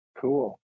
Cool